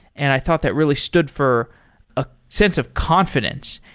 and i thought that really stood for a sense of confidence,